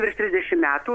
virš trisdešimt metų